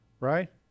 Right